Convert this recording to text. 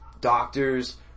doctors